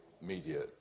media